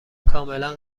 کاملا